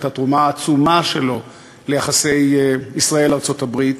התרומה העצומה שלו ליחסי ישראל ארצות-הברית